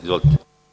Izvolite.